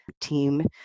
team